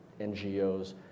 NGOs